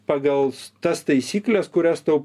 pagal tas taisykles kurias tau